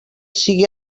sigui